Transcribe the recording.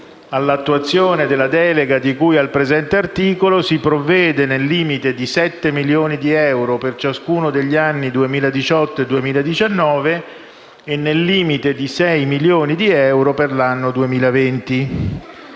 «All'attuazione della delega di cui al presente articolo si provvede nel limite di 7 milioni di euro per ciascuno degli anni 2018 e 2019 e nel limite di 6 milioni di euro per l'anno 2020.